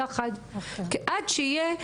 עד שיהיה,